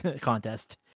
contest